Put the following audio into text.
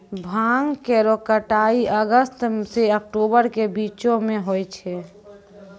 भांग केरो कटाई अगस्त सें अक्टूबर के बीचो म होय छै